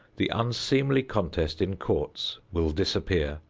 the unseemly contest in courts will disappear,